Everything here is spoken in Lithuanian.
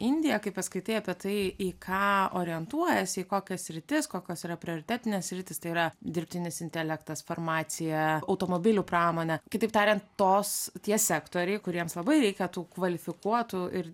indija kai paskaitai apie tai į ką orientuojasi į kokias sritis kokios yra prioritetinės sritys tai yra dirbtinis intelektas farmacija automobilių pramonė kitaip tariant tos tie sektoriai kuriems labai reikia tų kvalifikuotų ir